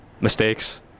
mistakes